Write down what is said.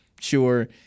sure